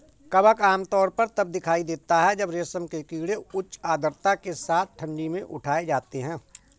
कवक आमतौर पर तब दिखाई देता है जब रेशम के कीड़े उच्च आर्द्रता के साथ ठंडी में उठाए जाते हैं